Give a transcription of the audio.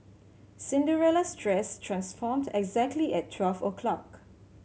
Cinderella's dress transformed exactly at twelve o'clock